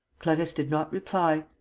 clarisse did not reply.